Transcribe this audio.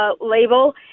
label